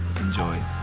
Enjoy